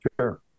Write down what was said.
sure